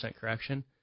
correction –